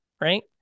right